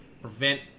prevent